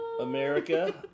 America